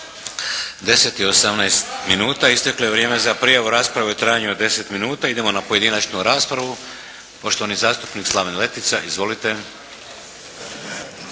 10 i 18 minuta. Isteklo je vrijeme za prijavu rasprave u trajanju od deset minuta. Idemo na pojedinačnu raspravu. Poštovani zastupnik Slaven Letica. Izvolite!